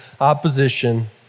opposition